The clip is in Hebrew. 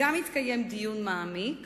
גם יתקיים דיון מעמיק